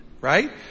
Right